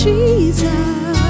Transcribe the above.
Jesus